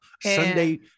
Sunday